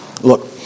Look